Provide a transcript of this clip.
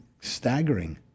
staggering